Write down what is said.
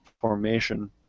formation